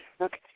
Okay